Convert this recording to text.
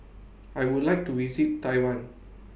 I Would like to visit Taiwan